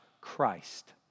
Christ